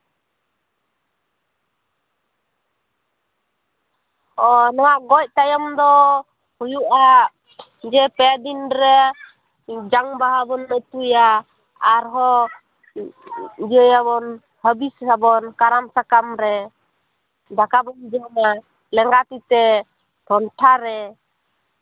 ᱚ ᱱᱚᱣᱟ ᱜᱚᱡ ᱛᱟᱭᱚᱢ ᱫᱚ ᱦᱩᱭᱩᱜᱼᱟ ᱡᱮ ᱯᱮ ᱫᱤᱱ ᱨᱮ ᱡᱟᱝ ᱵᱟᱦᱟ ᱵᱚᱱ ᱟᱹᱛᱩᱭᱟ ᱟᱨᱦᱚᱸ ᱤᱭᱟᱹᱭᱟᱵᱚᱱ ᱦᱟᱹᱵᱤᱥᱟᱵᱚᱱ ᱠᱟᱨᱟᱢ ᱥᱟᱠᱟᱢ ᱨᱮ ᱫᱟᱠᱟ ᱵᱚᱱ ᱡᱚᱢᱟ ᱞᱮᱸᱜᱟ ᱛᱤᱛᱮ ᱴᱷᱚᱱᱴᱷᱟ ᱨᱮ